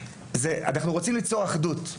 אנחנו רוצים ליצור אחדות,